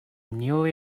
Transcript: newly